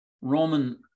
Roman